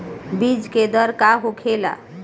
बीज के दर का होखेला?